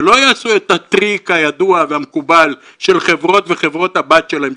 שלא יעשו את הטריק הידוע והמקובל של חברות וחברות הבת שלהן,